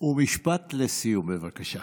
ומשפט לסיום, בבקשה.